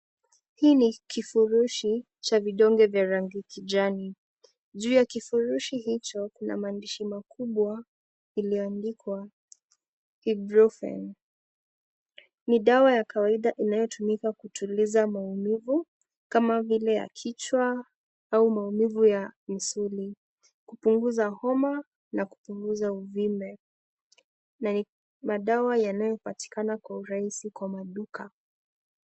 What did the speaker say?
Hii ni kifurushi cha vidonge vya rangi kijani. Juu ya kifurushi hicho, kuna maandishi makubwa iliyoandikwa Ibuprofen. Ni dawa ya kawaida inayotumika kutuliza maumivu, kama vile ya kichwa au maumivu ya misuli, kupunguza homa na kupunguza uvimbe na ni madawa yanayopatikana kwa urahisi kwa maduka.